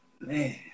Man